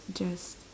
just